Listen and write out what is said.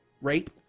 Rape